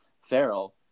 Farrell